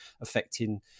affecting